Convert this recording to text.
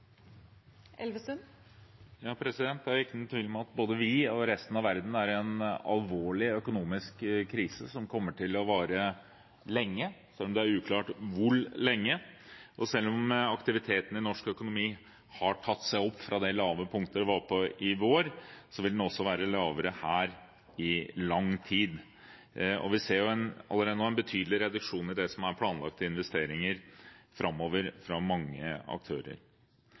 tvil om at både vi og resten av verden er i en alvorlig økonomisk krise som kommer til å vare lenge, selv om det er uklart hvor lenge, og selv om aktiviteten i norsk økonomi har tatt seg opp fra det lave punktet den var på i vår, vil den være lavere her i lang tid. Vi ser allerede nå en betydelig reduksjon i det som er planlagte investeringer framover fra mange aktører.